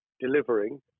delivering